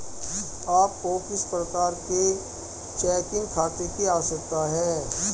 आपको किस प्रकार के चेकिंग खाते की आवश्यकता है?